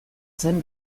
zen